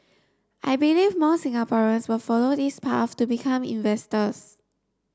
I believe more Singaporeans will follow this path to become inventors